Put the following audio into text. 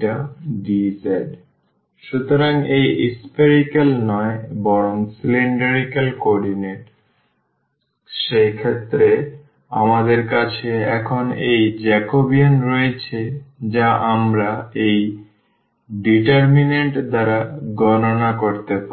zJdrdϕdz সুতরাং এটি spherical নয় বরং cylindrical কোঅর্ডিনেট সুতরাং এক্ষেত্রে আমাদের কাছে এখন এই জ্যাকোবিয়ান রয়েছে যা আমরা এই ডিটারমিনেন্ট দ্বারা গণনা করতে পারি